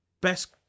Best